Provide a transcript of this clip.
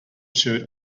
shirt